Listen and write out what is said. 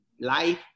life